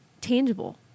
tangible